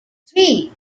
three